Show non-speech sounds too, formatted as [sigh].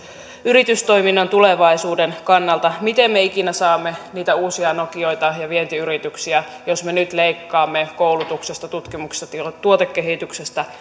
yritystoiminnan tulevaisuuden kannalta miten me ikinä saamme niitä uusia nokioita ja vientiyrityksiä jos me nyt leikkaamme koulutuksesta tutkimuksesta ja tuotekehityksestä [unintelligible]